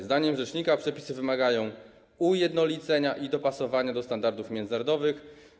Zdaniem rzecznika przepisy wymagają ujednolicenia i dopasowania do standardów międzynarodowych.